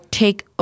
take